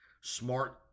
Smart